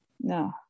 No